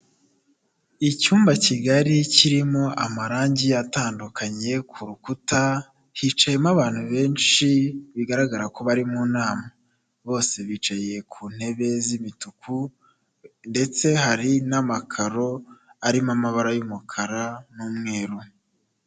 Icyumba kigari, kirimo amarangi atandukanye ku rukuta, hicayemo abantu benshi, bigaragara ko bari mu nama. Bose bicaye ku ntebe z'imituku ndetse hari n'amakaro arimo amabara y'umukara n'umweru.